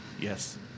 yes